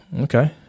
Okay